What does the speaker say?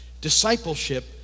discipleship